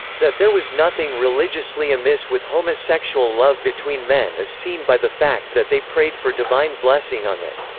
that there was nothing religiously amiss with homosexual love between men is seen by the fact that they prayed for divine blessing on it.